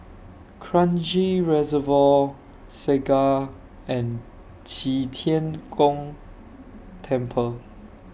Kranji Reservoir Segar and Qi Tian Gong Temple